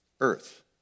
Earth